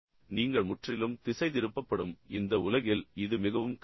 நீங்கள் முற்றிலும் திசைதிருப்பப்படும் இந்த உலகில் இது மிகவும் கடினம்